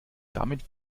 damit